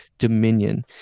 Dominion